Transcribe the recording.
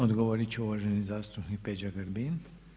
Odgovoriti će uvaženi zastupnik Peđa Grbin.